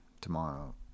tomorrow